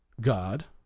God